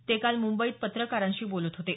ते काल मुंबईत पत्रकारांशी बोलत होते